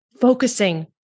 focusing